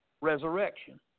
resurrection